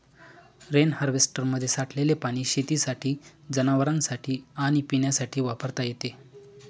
rain हार्वेस्टरमध्ये साठलेले पाणी शेतीसाठी, जनावरांनासाठी आणि पिण्यासाठी वापरता येते